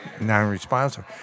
non-responsive